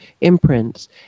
imprints